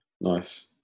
Nice